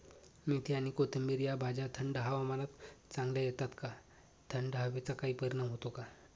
मेथी आणि कोथिंबिर या भाज्या थंड हवामानात चांगल्या येतात का? थंड हवेचा काही परिणाम होतो का?